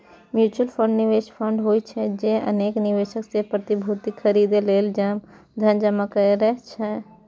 mutual fund निवेश fund होइ छै, जे अनेक निवेशक सं प्रतिभूति खरीदै लेल धन जमा करै छै